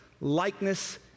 likeness